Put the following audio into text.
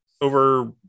over